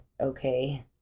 okay